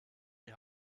die